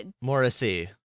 Morrissey